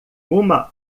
uma